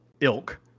ilk